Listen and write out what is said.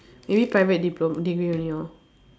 maybe private diplom~ degree only lor